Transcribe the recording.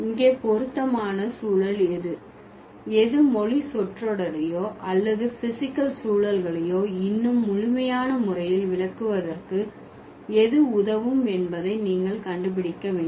இங்கே பொருத்தமான சூழல் எது எது மொழி சொற்றொடரையோ அல்லது பிஸிக்கல் சூழல்களையோ இன்னும் முழுமையான முறையில் விளக்குவதற்கு எது உதவும் என்பதை நீங்கள் கண்டுபிடிக்க வேண்டும்